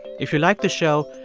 if you like the show,